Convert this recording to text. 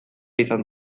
izan